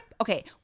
okay